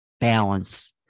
balance